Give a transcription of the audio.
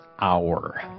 hour